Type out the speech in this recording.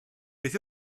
beth